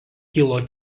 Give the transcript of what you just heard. kilo